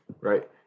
right